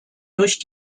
durch